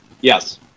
Yes